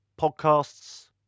podcasts